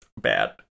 bad